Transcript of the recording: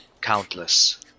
Countless